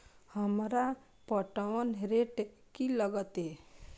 हमरा पटवन रेट की लागते?